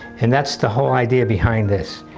and that's the whole idea behind this.